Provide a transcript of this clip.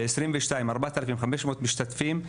ב-2022 - 4,500 משתתפים.